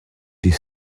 des